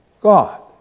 God